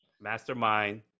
Mastermind